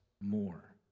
more